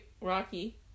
Rocky